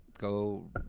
Go